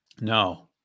no